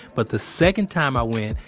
but, the second time i went,